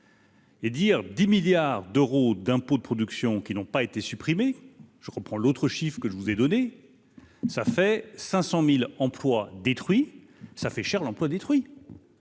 Et dire 10 milliards d'euros d'impôts de production qui n'ont pas été supprimé, je reprends l'autre chiffre que je vous ai donné ça fait 500000 emplois détruits, ça fait cher l'emploi détruit.